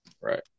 Right